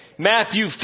Matthew